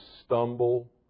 stumble